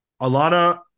Alana